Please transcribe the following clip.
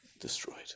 destroyed